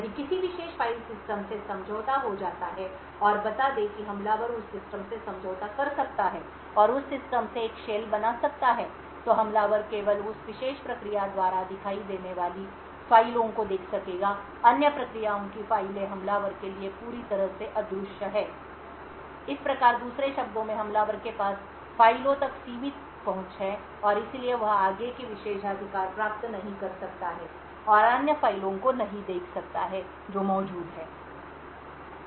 यदि किसी विशेष फ़ाइल सिस्टम से समझौता हो जाता है और बता दें कि हमलावर उस सिस्टम से समझौता कर सकता है और उस सिस्टम से एक shell बना सकता है तो हमलावर केवल उस विशेष प्रक्रिया द्वारा दिखाई देने वाली फ़ाइलों को देख सकेगा अन्य प्रक्रियाओं की फाइलें हमलावर के लिए पूरी तरह से अदृश्य हैं इस प्रकार दूसरे शब्दों में हमलावर के पास फ़ाइलों तक सीमित पहुंच है और इसलिए वह आगे के विशेषाधिकार प्राप्त नहीं कर सकता है और अन्य फाइलों को नहीं देख सकता है जो मौजूद हैं